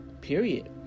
Period